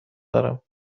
دارم